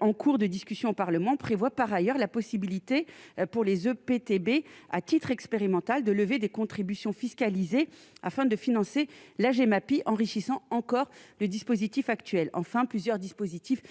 en cours de discussion au Parlement prévoit par ailleurs la possibilité pour les EPTB à titre expérimental de lever des contributions afin de financer la Gemapi enrichissant encore le dispositif actuel, enfin plusieurs dispositifs